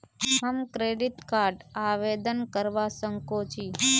हम credit card आवेदन करवा संकोची?